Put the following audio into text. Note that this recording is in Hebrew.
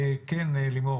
כן, לימור,